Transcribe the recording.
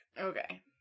Okay